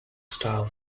style